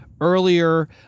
earlier